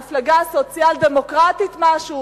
מפלגה סוציאל-דמוקרטית משהו,